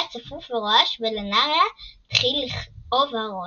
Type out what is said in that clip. היה צפוף ורועש ולנריה התחיל לכאוב הראש.